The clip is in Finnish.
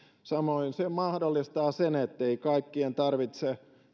samoin se mahdollistaa sen ettei kaikkien tarvitse